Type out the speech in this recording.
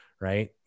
right